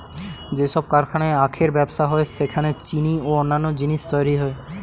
যেসব কারখানায় আখের ব্যবসা হয় সেখানে চিনি ও অন্যান্য জিনিস তৈরি হয়